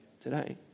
today